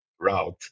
route